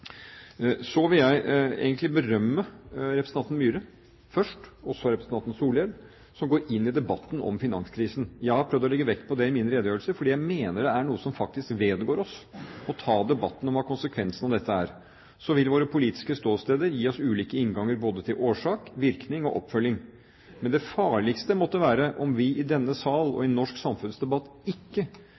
Så vil jeg berømme representanten Myhre først, og så representanten Solhjell, som går inn i debatten om finanskrisen. Jeg har prøvd å legge vekt på det i mine redegjørelser, for jeg mener det er noe som faktisk vedgår oss – å ta debatten om hva konsekvensene av dette er. Våre politiske ståsteder vil gi oss ulike innganger både til årsak, virkning og oppfølging, men det farligste måtte være om vi i denne sal og i norsk samfunnsdebatt ikke